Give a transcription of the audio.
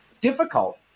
difficult